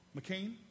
McCain